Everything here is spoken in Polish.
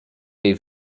jej